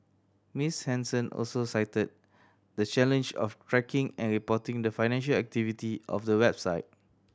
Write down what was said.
Miss Henson also cited the challenge of tracking and reporting the financial activity of the website